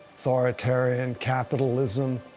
authoritarian capitalism.